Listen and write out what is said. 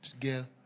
girl